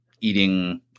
eating